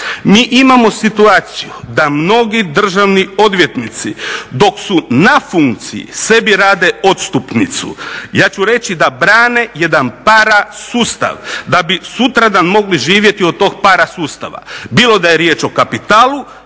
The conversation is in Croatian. Mi imamo situaciju da mnogi državni odvjetnici dok su na funkciji sebi rade odstupnicu, ja ću reći da brane jedan parasustav da bi sutradan mogli živjeti od tog parasustava. Bilo da je riječ o kapitalu,